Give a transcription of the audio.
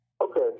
Okay